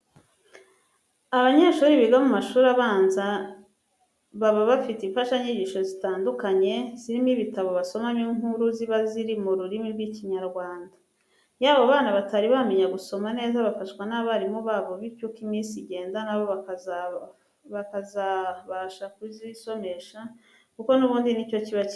Abanyeshuri biga mu mashuri abanza baba bafite imfashanyigisho zitandukanye, zirimo ibitabo basomamo inkuru ziba ziri mu rurimi rw'Ikinyarwanda. Iyo abo bana batari bamenya gusoma neza bafashwa n'abarimu babo bityo uko iminsi igenda na bo bakazabasha kuzisomeza kuko n'ubundi ni cyo kiba kigamijwe.